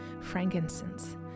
frankincense